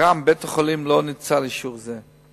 ברם, בית-החולים לא ניצל אישור זה.